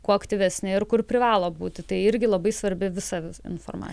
kuo aktyvesni ir kur privalo būti tai irgi labai svarbi visa informacija